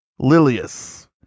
Lilius